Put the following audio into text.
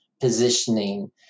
positioning